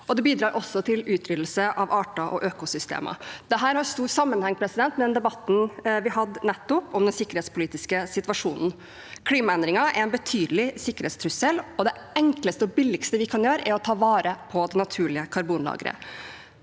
det bidrar også til utryddelse av arter og økosystemer. Dette har stor sammenheng med debatten vi nettopp hadde om den sikkerhetspolitiske situasjonen. Klimaendringer er en betydelig sikkerhetstrussel, og det enkleste og billigste vi kan gjøre, er å ta vare på de naturlige karbonlagrene.